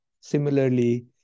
Similarly